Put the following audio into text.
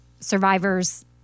survivors